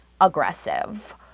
aggressive